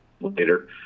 later